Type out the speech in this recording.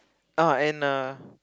ah and err